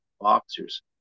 boxers